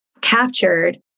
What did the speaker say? captured